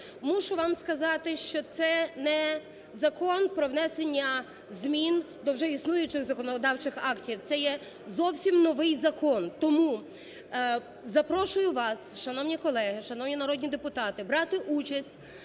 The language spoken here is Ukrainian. Мушу вам сказати, що це не Закон про внесення змін до вже існуючих законодавчих актів, це є зовсім новий закон. Тому запрошую вас, шановні колеги, шановні народні депутати, брати участь